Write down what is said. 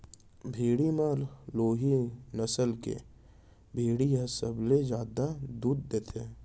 भेड़ी म लोही नसल के भेड़ी ह सबले जादा दूद देथे